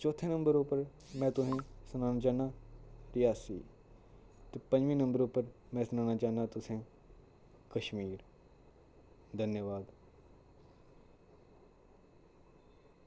चौथे नंबर उप्पर में तुसें सनाना चाह्ना रियासी ते पंजमें नंबर उप्पर में सनाना चाह्ना तुसें कश्मीर धन्यवाद